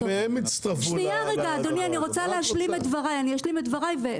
אבל הם הצטרפו לתוכנית הזאת.